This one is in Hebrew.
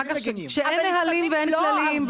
כשאין נהלים ואין כללים,